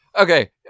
okay